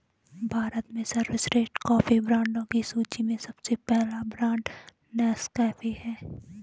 भारत में सर्वश्रेष्ठ कॉफी ब्रांडों की सूची में सबसे पहला ब्रांड नेस्कैफे है